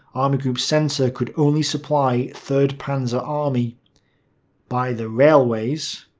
um group centre could only supply third panzer army by the railways,